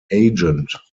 agent